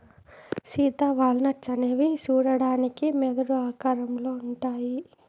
Sita walnuts అనేవి సూడడానికి మెదడు ఆకారంలో ఉంటాయి